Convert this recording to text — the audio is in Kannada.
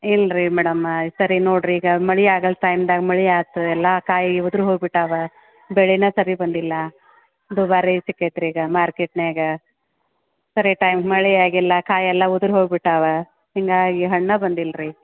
ಇಲ್ಲ ರೀ ಮೇಡಮ್ ಸರಿ ನೋಡಿರಿ ಈಗ ಮಳೆ ಆಗಲ್ದು ಟೈಮ್ದಾಗ ಮಳೆ ಆಗ್ತ ಎಲ್ಲ ಕಾಯಿ ಉದ್ರಿ ಹೋಗಿ ಬಿಟ್ಟಾವೆ ಬೆಳೆನ ಸರಿ ಬಂದಿಲ್ಲ ದುಬಾರಿ ಸಿಕೈತೆ ರೀ ಈಗ ಮಾರ್ಕೆಟ್ನ್ಯಾಗ ಸರಿ ಟೈಮ್ಗೆ ಮಳೆ ಆಗಿಲ್ಲ ಕಾಯಿ ಎಲ್ಲ ಉದ್ರಿ ಹೋಗಿ ಬಿಟ್ಟಾವೆ ಹೀಗಾಗಿ ಹಣ್ಣೇ ಬಂದಿಲ್ಲ ರೀ